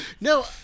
No